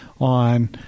on